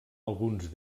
alguns